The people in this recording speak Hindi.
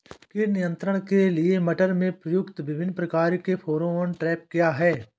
कीट नियंत्रण के लिए मटर में प्रयुक्त विभिन्न प्रकार के फेरोमोन ट्रैप क्या है?